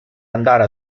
andare